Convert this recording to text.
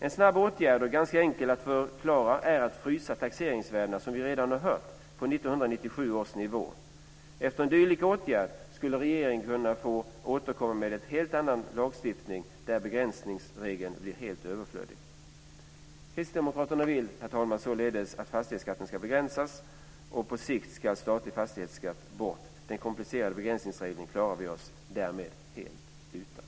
En snabb åtgärd och ganska enkel att förklara är att frysa taxeringsvärdena, som vi redan har hört, på 1997 års nivå. Efter en dylik åtgärd skulle regeringen kunna få återkomma med en helt annan lagstiftning där begränsningsregeln blir helt överflödig. Kristdemokraterna vill, herr talman, således att fastighetsskatten ska begränsas, och på sikt ska statlig fastighetsskatt bort. Den komplicerade begränsningsregeln klarar vi oss därmed helt utan.